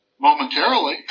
momentarily